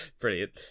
Brilliant